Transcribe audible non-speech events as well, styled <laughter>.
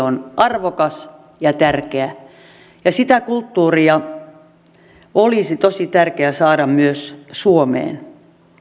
<unintelligible> on arvokas ja tärkeä ja sitä kulttuuria olisi tosi tärkeä saada myös suomeen